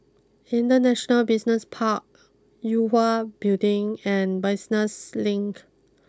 International Business Park Yue Hwa Building and Business Link